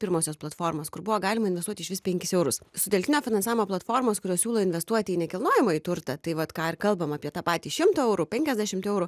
pirmosios platformos kur buvo galima investuoti išvis penkis eurus sutelktinio finansavimo platformos kurios siūlo investuoti į nekilnojamąjį turtą tai vat ką ir kalbam apie tą patį šimtą eurų penkiasdešimt eurų